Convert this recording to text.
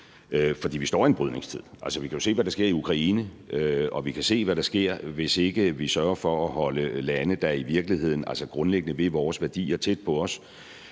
for vi står i en brydningstid. Altså, vi kan jo se, hvad der sker i Ukraine, og vi kan se, hvad der sker, hvis ikke vi sørger for at holde lande, der grundlæggende vil vores værdier, tæt på os